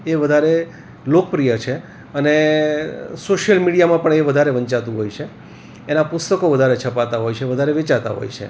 એ વધારે લોકપ્રિય છે અને સોશિયલ મીડિયામાં પણ એ વધારે વંચાતું હોય છે એનાં પુસ્તકો વધારે છપાતાં હોય છે વધારે વેચાતાં હોય છે